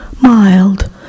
mild